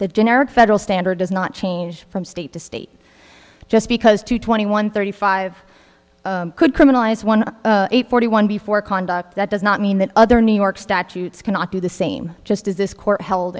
the generic federal standard does not change from state to state just because two twenty one thirty five could criminalize one forty one before conduct that does not mean that other new york statutes cannot do the same just as this court held